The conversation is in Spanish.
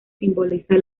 simboliza